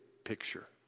picture